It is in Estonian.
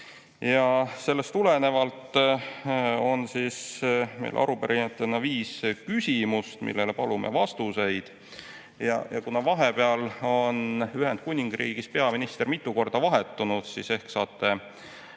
Ja sellest tulenevalt on meil arupärijatena viis küsimust, millele palume vastuseid. Kuna vahepeal on Ühendkuningriigis peaminister mitu korda vahetunud, siis ehk saate